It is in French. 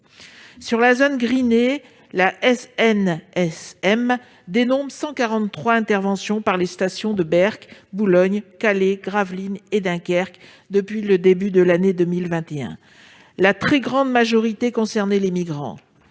Sur la zone Gris-Nez, la SNSM dénombre 143 interventions par les stations de Berck-sur-Mer, Boulogne-sur-Mer, Calais, Gravelines et Dunkerque depuis le début de l'année 2021. La très grande majorité concernait des migrants.